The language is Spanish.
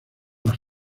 las